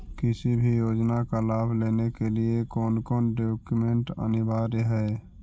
किसी भी योजना का लाभ लेने के लिए कोन कोन डॉक्यूमेंट अनिवार्य है?